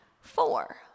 four